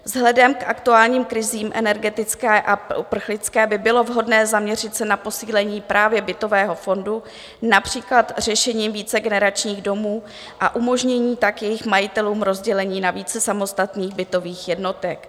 Vzhledem k aktuálním krizím energetické a uprchlické by bylo vhodné se zaměřit na posílení právě bytového fondu, například řešením vícegeneračních domů, a umožnění tak jejich majitelům rozdělení na více samostatných bytových jednotek.